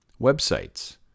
Websites